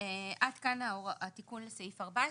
עד כאן התיקון לסעיף 14,